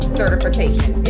certification